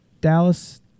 Dallas